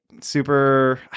super